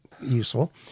useful